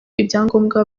ibyangombwa